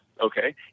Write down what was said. Okay